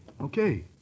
okay